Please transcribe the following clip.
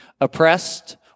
oppressed